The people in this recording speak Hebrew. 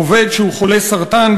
עובד שהוא חולה סרטן,